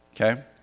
Okay